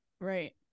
Right